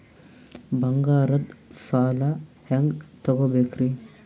ಬಂಗಾರದ್ ಸಾಲ ಹೆಂಗ್ ತಗೊಬೇಕ್ರಿ?